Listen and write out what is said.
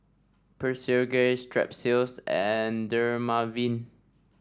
Physiogel Strepsils and Dermaveen